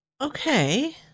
Okay